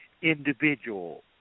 individual